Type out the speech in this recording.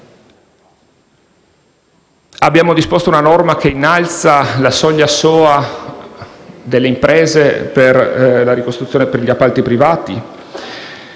Abbiamo disposto una norma che innalza la soglia SOA delle imprese per la ricostruzione tramite appalti privati.